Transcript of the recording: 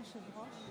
מכובדי היושב-ראש,